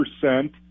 percent